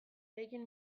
eraikin